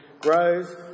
grows